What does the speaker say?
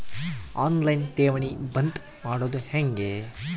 On line ಠೇವಣಿ ಬಂದ್ ಮಾಡೋದು ಹೆಂಗೆ?